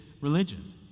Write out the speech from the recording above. religion